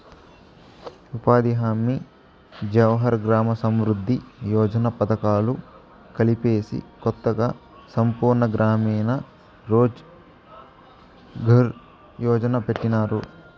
ఉపాధి హామీ జవహర్ గ్రామ సమృద్ది యోజన పథకాలు కలిపేసి కొత్తగా సంపూర్ణ గ్రామీణ రోజ్ ఘార్ యోజన్ని పెట్టినారు